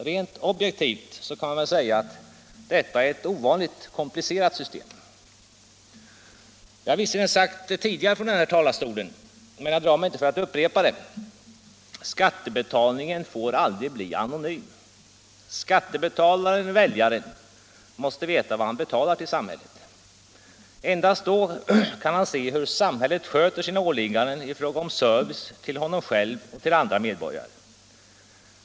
Rent objektivt kan man säga att detta är ett ovanligt komplicerat system. Jag har visserligen sagt tidigare från denna talarstol, men jag drar mig inte för att upprepa det, att skattebetalningen aldrig får bli anonym. Skattebetalaren-väljaren måste veta vad han betalar till samhället. Endast då kan han se hur samhället sköter sina åligganden i fråga om service till honom själv och till andra medborgare.